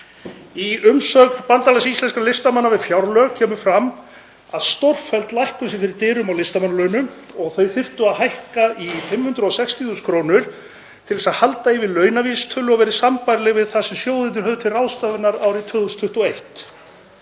Í umsögn Bandalags íslenskra listamanna við fjárlög kemur fram að stórfelld lækkun sé fyrir dyrum á listamannalaunum og þau þyrftu að hækka í 560.000 kr. til þess að halda í við launavísitölu og vera sambærileg við það sem sjóðirnir höfðu til ráðstöfunar árið 2021.